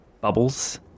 Bubbles